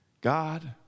God